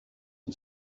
and